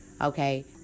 okay